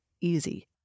easy